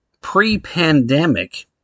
pre-pandemic